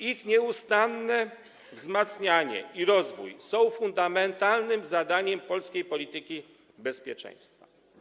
Ich nieustanne wzmacnianie i rozwój są fundamentalnym zadaniem polskiej polityki bezpieczeństwa.